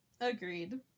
Agreed